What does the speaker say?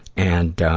and, um,